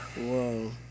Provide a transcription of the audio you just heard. Whoa